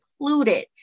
included